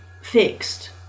fixed